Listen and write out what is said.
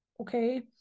okay